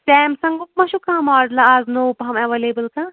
سیمسَنٛگُنک ما چھُو کانٛہہ ماڈلا آز نَو پہم ایٚوَلیبٕل کانٛہہ